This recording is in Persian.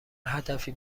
هدفی